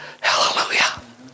Hallelujah